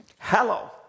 Hello